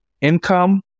income